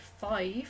five